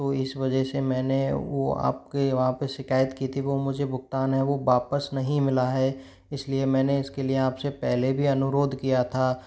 तो इस वजह से मैंने वो आप के वहाँ पर शिकायत की थी वो मुझे भुगतान है वो वापस नहीं मिला है इस लिए मैंने इसके लिए आप से पहले भी अनुरोध किया था